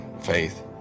faith